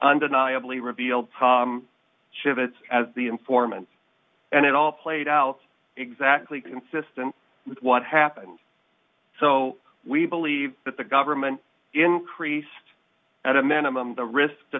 undeniably revealed chits as the informant and it all played out exactly consistent with what happened so we believe that the government increased at a minimum the risk t